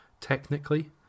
technically